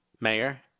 Mayor